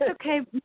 okay